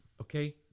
Okay